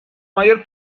mayor